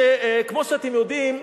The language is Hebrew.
שכמו שאתם יודעים,